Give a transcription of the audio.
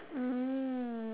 mm